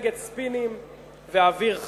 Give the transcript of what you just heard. מפלגת ספינים ואוויר חם.